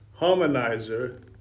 harmonizer